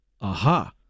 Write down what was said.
Aha